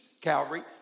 Calvary